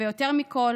ויותר מכול,